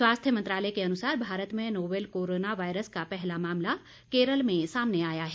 स्वास्थ्य मंत्रालय के अनुसार भारत में नोवेल कोरोना वायरस का पहला मामला केरल में सामने आया है